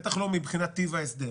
בטח לא מבחינת טיב ההסדר.